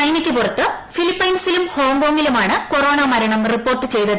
ചൈനയ്ക്ക് പുറത്ത് ഫിലിപ്പൈൻസിലും ഹോങ്കോങ്ങിലുമാണ് കൊറോണ മരണം റിപ്പോർട്ട് ചെയ്തത്